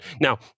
Now